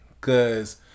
Cause